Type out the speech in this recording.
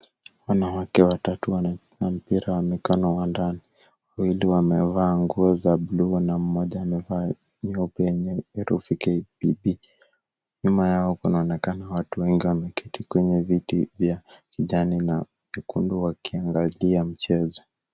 Wanawake watatu wanacheza mpira wa mikono wa ndani. Wawili wamevaa nguo za buluu na mmoja amevaa nyeupe yenye herufi KPB. Nyuma yao kunaonekana watu wengi wameketi kwenye viti vya kijani na nyekundu wakiangalia mchezo.